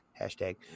Hashtag